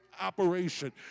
Operation